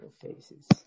faces